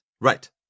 Right